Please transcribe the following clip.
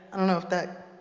i don't know if that